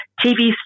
TV